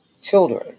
children